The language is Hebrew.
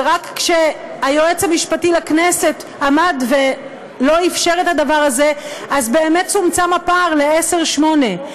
ורק כשהיועץ המשפטי לכנסת לא אפשר את הדבר הזה צומצם הפער לעשר שמונה.